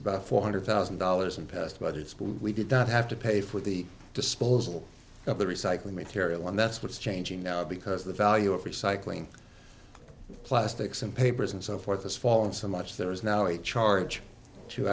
about four hundred thousand dollars and but it's we did not have to pay for the disposal of the recycling material and that's what's changing because the value of recycling plastics and papers and so forth this fall and so much there is now a charge to